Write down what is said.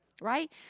right